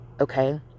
Okay